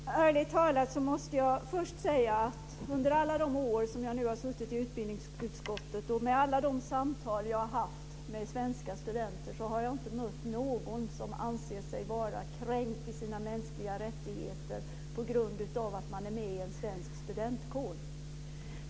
Herr talman! Under alla de år som jag har suttit i utbildningsutskottet och vid alla de samtal som jag har haft med svenska studenter har jag inte mött någon som har ansett sig vara kränkt i sina mänskliga rättigheter på grund av att de är med i en svensk studentkår.